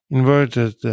Inverted